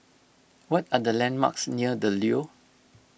what are the landmarks near the Leo